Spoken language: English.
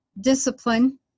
discipline